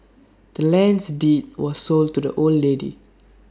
the land's deed was sold to the old lady